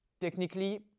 technically